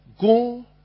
Go